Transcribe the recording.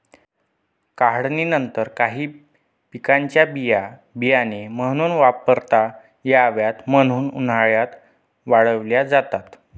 काढणीनंतर काही पिकांच्या बिया बियाणे म्हणून वापरता याव्यात म्हणून उन्हात वाळवल्या जातात